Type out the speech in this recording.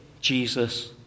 Jesus